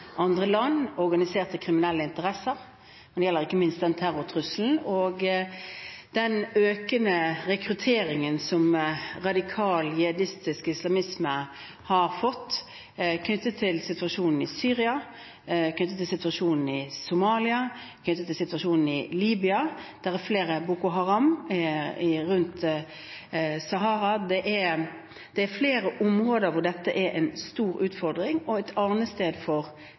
andre land, organiserte kriminelle interesser, og det gjelder ikke minst terrortrusselen og den økende rekrutteringen som radikal jihadistisk islamisme har fått knyttet til situasjonen i Syria, knyttet til situasjonen i Somalia, knyttet til situasjonen i Libya, og det er flere fra Boko Haram rundt Sahara. Det er flere områder hvor dette er en stor utfordring og et arnested for